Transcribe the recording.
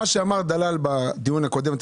כמו מה שאמר דלל בדיון הקודם,